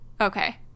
Okay